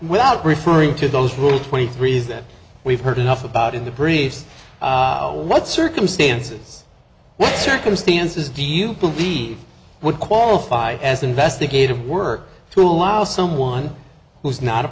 without referring to those rule twenty three is that we've heard enough about in the briefs what circumstances what circumstances do you believe would qualify as investigative work to allow someone who is not a